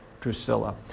Drusilla